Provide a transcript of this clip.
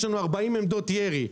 יש לנו 40 עמדות ירי,